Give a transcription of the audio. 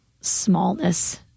smallness